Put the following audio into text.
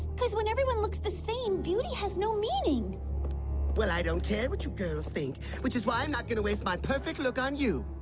because when everyone looks the same beauty has no meaning well, i don't care what your girls think which is why i'm not gonna waste my perfect look on you